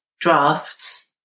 drafts